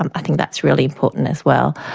um i think that's really important as well.